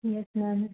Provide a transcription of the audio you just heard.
yes ma'am